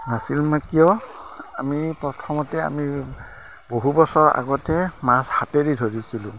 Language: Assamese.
নাছিল মানে কিয় আমি প্ৰথমতে আমি বহু বছৰ আগতে মাছ হাতেৰে ধৰিছিলোঁ